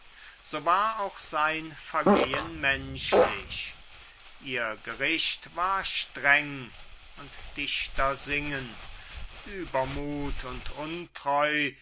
so war auch sein vergehen menschlich ihr gericht war streng und dichter singen übermuth und untreu